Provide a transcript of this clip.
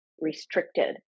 restricted